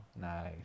Nice